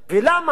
למה?